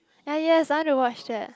ya yes I want to watch that